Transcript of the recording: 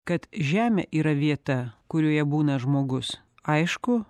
kad žemė yra vieta kurioje būna žmogus aišku